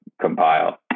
compile